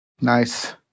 Nice